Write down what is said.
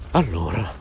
allora